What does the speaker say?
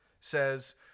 says